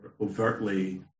overtly